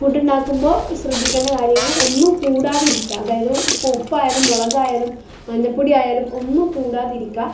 ഫുഡുണ്ടാക്കുമ്പോൾ ശ്രദ്ധിക്കേണ്ട കാര്യങ്ങൾ ഒന്നും കൂടാതെ ഇരിക്കുക അതായത് ഉപ്പ് ഉപ്പായാലും മുളാകയാലും മഞ്ഞൾ പ്പൊടി ആയാലും ഒന്നും കൂടാതെ ഇരിക്കുക